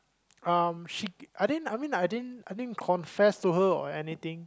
um she I didn't I mean I didn't I didn't confess to her or anything